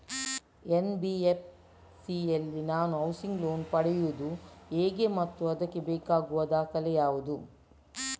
NBFC ಯಲ್ಲಿ ನಾನು housing loan ಪಡೆಯುದು ಹೇಗೆ ಮತ್ತು ಅದಕ್ಕೆ ಬೇಕಾಗುವ ದಾಖಲೆ ಯಾವುದು?